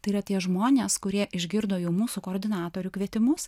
tai yra tie žmonės kurie išgirdo jau mūsų koordinatorių kvietimus